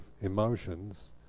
emotions